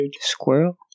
Squirrel